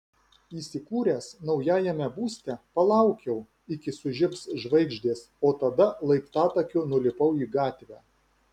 įsikūręs naujajame būste palaukiau iki sužibs žvaigždės o tada laiptatakiu nulipau į gatvę